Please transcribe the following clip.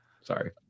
sorry